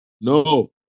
No